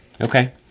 Okay